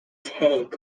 tank